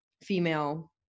female